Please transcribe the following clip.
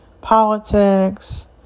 politics